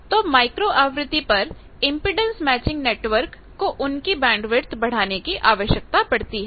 तो माइक्रो आवृति पर इम्पीडेन्स मैचिंग नेटवर्क को उनकी बैंडविड्थ बढ़ाने की आवश्यकता पढ़ती है